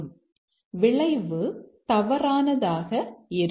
எனவே விளைவு தவறானதாக இருக்கும்